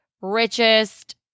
richest